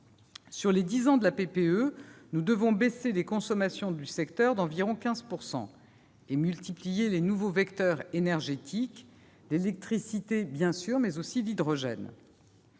Sur les dix ans de la PPE, nous devons baisser les consommations du secteur d'environ 15 % et multiplier les nouveaux vecteurs énergétiques, l'électricité, bien sûr, mais aussi l'hydrogène.